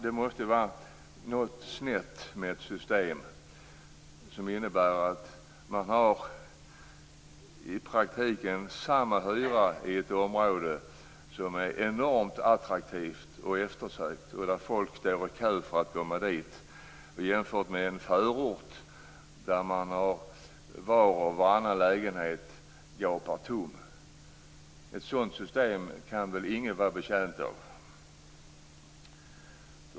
Det måste vara något snett med ett system som innebär att man i praktiken har samma hyra i ett område som är enormt attraktivt och eftersökt, som folk står i kö för att komma till, som i en förort där var och varannan lägenhet gapar tom. Ett sådant system kan väl ingen vara betjänt av.